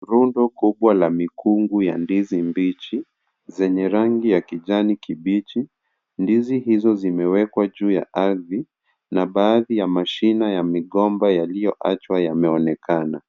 Rundo kubwa la mikungu ya ndizi mbichi zenye rangi ya kijani kibichi. Ndizi hizo zimewekwa juu ya ardhi na baadhi ya mashina ya migomba yaliyoachwa yameonekana.